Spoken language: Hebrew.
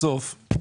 בסוף,